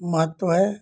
महत्त्व है